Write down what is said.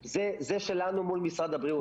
על זה שלנו מול משרד הבריאות,